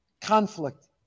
Conflict